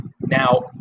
Now